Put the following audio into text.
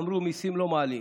אמרו: מיסים לא מעלים.